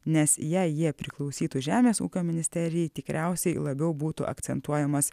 nes jei jie priklausytų žemės ūkio ministerijai tikriausiai labiau būtų akcentuojamas